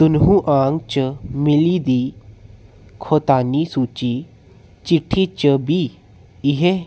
तुनहु अंक च मिली दी खोतानी सूची चिट्ठी च बी एह्